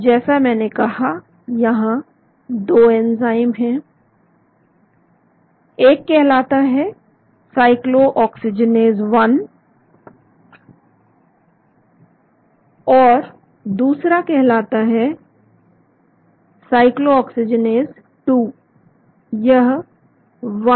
जैसा मैंने कहा यहां दो एंजाइम हैं एक कहलाता है साइक्लोऑक्सीजनेस 1और दूसरा कहलाता है साइक्लोऑक्सीजनेस 2